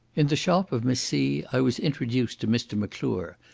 in the shop of miss c i was introduced to mr. m'clure,